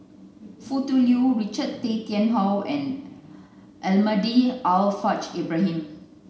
Foo Tui Liew Richard Tay Tian Hoe and Almahdi Al Haj Ibrahim